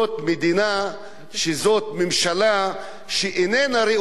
שזאת ממשלה שאיננה ראויה אפילו לאמון,